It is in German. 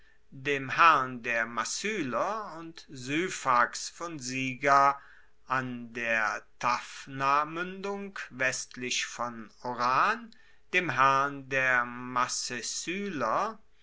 dem herrn der massyler und syphax von siga an der tafnamuendung westlich von oran dem herrn der